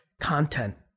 Content